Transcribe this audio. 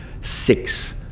six